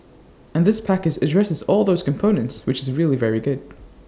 and this package addresses all those components which is really very good